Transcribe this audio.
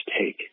take